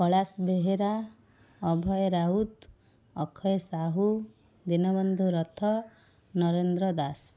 Kailash Behera Abhay Raut Akshay Sahu Dinabandhu Rath Narendra Das